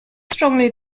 strongly